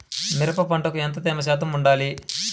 మిరప పంటకు ఎంత తేమ శాతం వుండాలి?